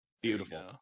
Beautiful